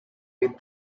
with